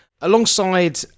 Alongside